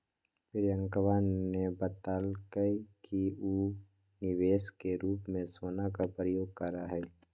प्रियंकवा ने बतल कई कि ऊ निवेश के रूप में सोना के प्रयोग करा हई